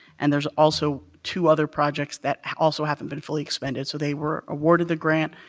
and there's also two other projects that also haven't been fully expended, so they were awarded the grant,